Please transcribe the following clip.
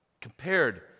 compared